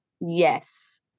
yes